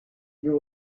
you